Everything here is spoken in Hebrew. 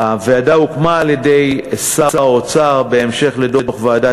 הוועדה הוקמה על-ידי שר האוצר בהמשך לדוח ועדת